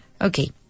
Okay